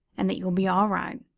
and that you'll be all right.